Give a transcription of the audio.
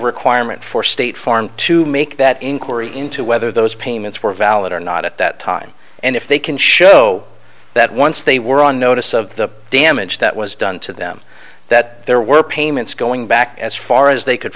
requirement for state farm to make that inquiry into whether those payments were valid or not at that time and if they can show that once they were on notice of the damage that was done to them that there were payments going back as far as they could